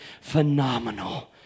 phenomenal